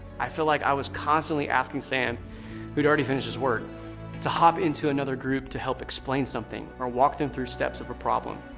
i feel like i was constantly asking sam who had already finished his work to hop into another group to help explain something or walk them through steps of a problem.